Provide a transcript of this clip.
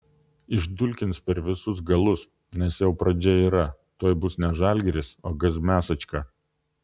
išdulkins per visus galus nes jau pradžia yra tuoj bus ne žalgiris o gazmiasochka